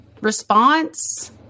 response